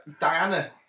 Diana